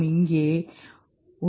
இங்கே 1